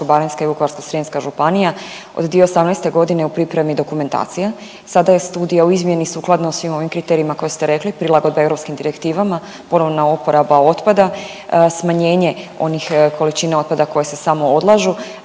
i Vukovarsko-srijemska županija od 2018.g. u pripremi dokumentacije, sada je Studija u izmjeni sukladno svim ovim kriterijima koje ste rekli prilagodbe europskim direktivama, ponovna oporaba otpada, smanjenje onih količina otpada koje se samo odlažu,